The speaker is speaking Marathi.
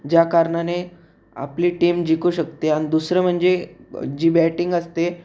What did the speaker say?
ज्या कारणाने आपली टीम जिकू शकते आणि दुसरं म्हणजे जी बॅटिंग असते